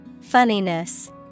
Funniness